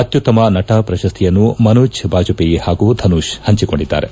ಅತ್ಯುತ್ತಮ ನಟ ಪ್ರಶಸ್ತಿಯನ್ನು ಮನೋಜ್ ಬಾಜಪೆಯಿ ಹಾಗೂ ಧನುಷ್ ಹಂಚಿಕೊಂಡಿದ್ದಾರೆ